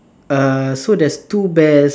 err so there's two bears